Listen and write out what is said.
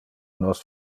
nos